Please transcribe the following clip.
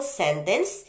sentence